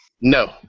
No